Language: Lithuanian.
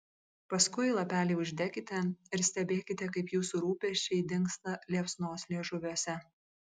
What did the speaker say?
paskui lapelį uždekite ir stebėkite kaip jūsų rūpesčiai dingsta liepsnos liežuviuose